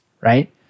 right